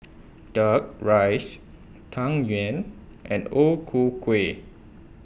Duck Rice Tang Yuen and O Ku Kueh